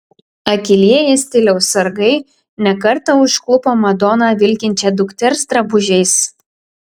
akylieji stiliaus sargai ne kartą užklupo madoną vilkinčią dukters drabužiais